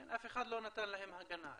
כן, אף אחד לא נתן להם הגנה.